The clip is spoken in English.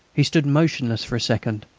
he stood motionless for a second,